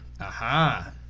Aha